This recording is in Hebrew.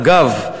אגב,